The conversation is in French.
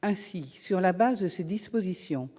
Ainsi, sur la base de ces dispositions,